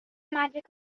magic